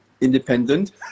independent